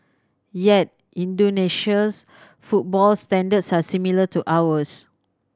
yet Indonesia's football standards are similar to ours